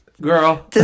girl